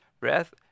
breath